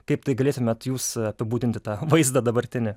kaip tai galėtumėt jūs apibūdinti tą vaizdą dabartinį